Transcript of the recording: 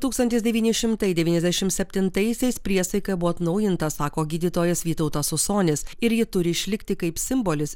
tūkstantis devyni šimtai devyniasdešimt septintaisiais priesaika buvo atnaujinta sako gydytojas vytautas usonis ir ji turi išlikti kaip simbolis